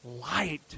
light